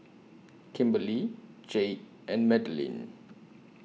Kimberlie Jayde and Madilynn